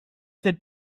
that